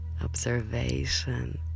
observation